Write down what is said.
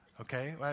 Okay